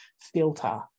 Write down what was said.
filter